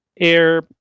air